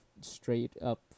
straight-up